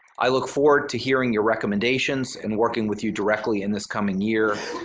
i look forward to hearing your recommendations and working with you directly in this coming year.